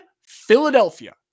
Philadelphia